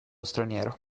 straniero